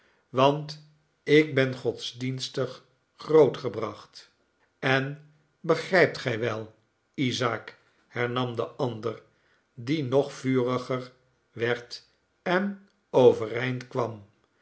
want ik ben godsdienstig grootgebracht en begrijpt gij wel isaak hernam de ander die nog vuriger werd en overeind kwam